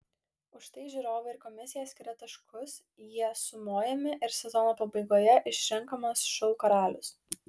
už tai žiūrovai ir komisija skiria taškus jie sumojami ir sezono pabaigoje išrenkamas šou karalius